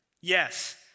Yes